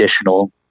additional